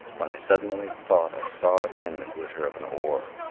when i suddenly thought i saw again the glitter of an oar.